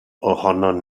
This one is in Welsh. ohonon